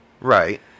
Right